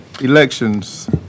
elections